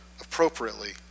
appropriately